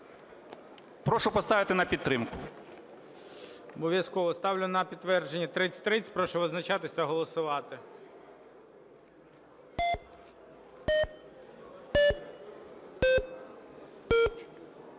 прошу поставити на підтримку. ГОЛОВУЮЧИЙ. Обов'язково, ставлю на підтвердження 3030. Прошу визначатися та голосувати.